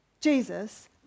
Jesus